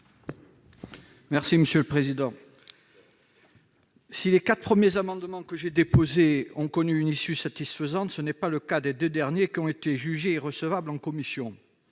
Panunzi, sur l'article. Si les quatre premiers amendements que j'ai déposés ont connu une issue satisfaisante, ce n'est pas le cas des deux derniers, qui ont été jugés irrecevables en commission.